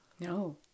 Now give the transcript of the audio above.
No